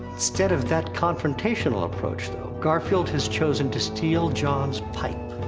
instead of that confrontational approach, though, garfield has chosen to steal jon's pipe.